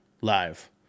live